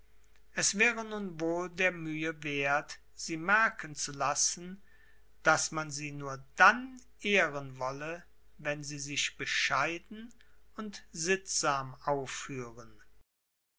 es wäre nun wohl der mühe werth sie merken zu lassen daß man sie nur dann ehren wolle wenn sie sich bescheiden und sittsam aufführen